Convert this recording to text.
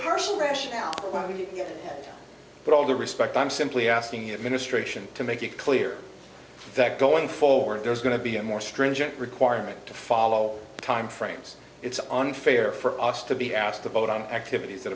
person rationale but all due respect i'm simply asking you administration to make it clear that going forward there is going to be a more stringent requirement to follow the timeframes it's unfair for us to be asked to vote on activities that